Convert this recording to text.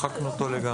מחקנו אותו לגמרי.